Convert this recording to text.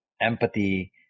empathy